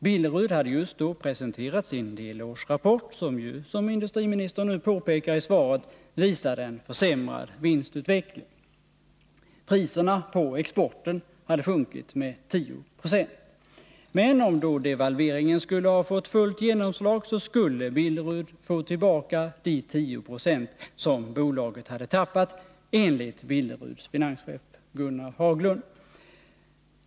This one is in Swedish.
Billerud hade just då presenterat sin delårsrapport, som ju som industriministern nu påpekar i svaret visade en försämrad vinstutveckling. Priserna på exporten hade sjunkit med 10 96. Men om devalveringen skulle ha fått fullt genomslag, skulle Billerud fått tillbaka de 10 20 som bolaget hade tappat — enligt Billeruds finanschef Gunnar Haglund.